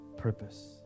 purpose